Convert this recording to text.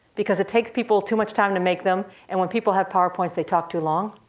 because it takes people too much time to make them. and when people have powerpoints they talk too long.